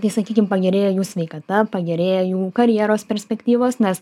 tai sakykim pagerėja jų sveikata pagerėja jų karjeros perspektyvos nes